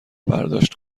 برداشت